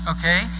okay